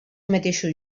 mateixos